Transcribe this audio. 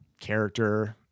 character